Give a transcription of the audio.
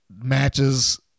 matches